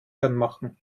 anmachen